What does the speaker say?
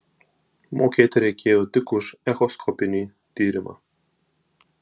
mokėti reikėjo tik už echoskopinį tyrimą